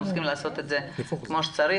אנחנו צריכים לעשות את זה כמו שצריך,